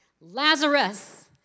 Lazarus